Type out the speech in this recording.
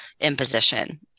imposition